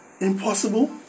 impossible